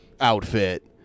outfit